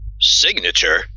Signature